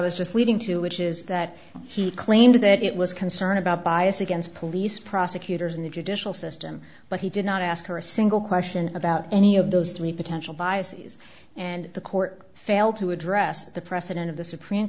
was just reading too which is that he claimed that it was concern about bias against police prosecutors in the judicial system but he did not ask her a single question about any of those three potential biases and the court failed to address the precedent of the supreme